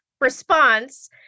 response